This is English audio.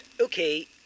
Okay